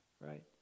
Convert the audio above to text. right